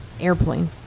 airplane